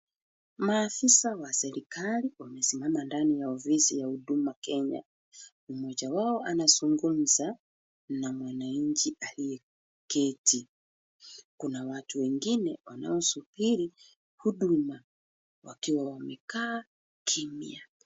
Maafisa wa serikali wamesimama ndani ya ofisi ya Huduma Kenya, mmoja wao anazungumza na mwananchi aliyeketi. Kuna watu wengine wanaosubiri huduma wakiwa wamekaa kimya.